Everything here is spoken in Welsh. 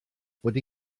wedi